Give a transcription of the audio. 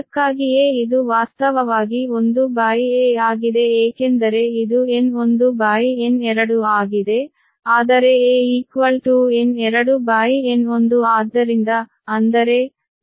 ಅದಕ್ಕಾಗಿಯೇ ಇದು ವಾಸ್ತವವಾಗಿ 1a ಆಗಿದೆ ಏಕೆಂದರೆ ಇದು N1N2 ಆಗಿದೆ ಆದರೆ a N2N1ಆದ್ದರಿಂದ ಅಂದರೆ VpBVsB 1a